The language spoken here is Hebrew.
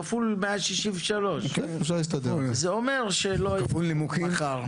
כפול 163. זה אומר שלא --- מחר.